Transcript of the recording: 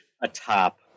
atop